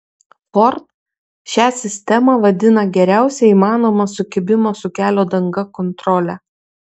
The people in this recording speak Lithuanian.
ford šią sistemą vadina geriausia įmanoma sukibimo su kelio danga kontrole